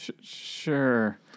Sure